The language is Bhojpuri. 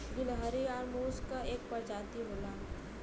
गिलहरी आउर मुस क एक परजाती होला